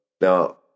Now